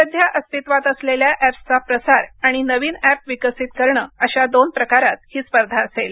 सध्या अस्तित्वात असलेल्या एप्सचा प्रसार आणि नवीन एप विकसित करणं अशा दोन प्रकारात ही स्पर्धा असेल